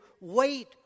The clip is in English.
wait